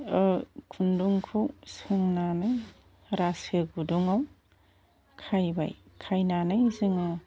खुन्दुंखौ सोंनानै रासो गुदुंआव खायबाय खायनानै जोंङो